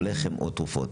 היום זה או לחם או תרופות.